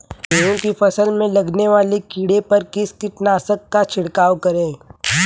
गेहूँ की फसल में लगने वाले कीड़े पर किस कीटनाशक का छिड़काव करें?